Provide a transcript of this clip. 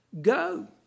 Go